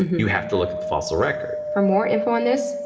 you have to look at the fossil record. for more info on this,